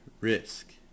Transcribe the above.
risk